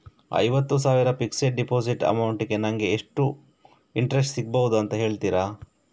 ಐವತ್ತು ಸಾವಿರ fixed deposit amount ಗೆ ನಂಗೆ ಎಷ್ಟು ಇಂಟ್ರೆಸ್ಟ್ ಸಿಗ್ಬಹುದು ಅಂತ ಹೇಳ್ತೀರಾ?